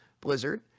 Blizzard